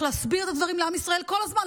להסביר את הדברים לעם ישראל כל הזמן,